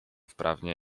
wprawnie